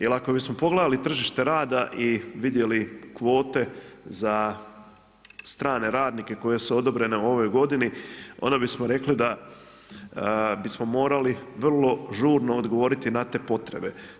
Jer ako bismo pogledali tržište rada i vidjeli kvote za strane radnike koje su odobrene u ovoj godini, onda bismo rekli, da bismo morali vrlo žurno odgovoriti na te potrebe.